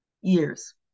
years